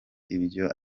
ibyo